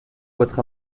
votre